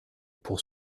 pour